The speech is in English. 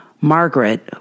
Margaret